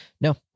No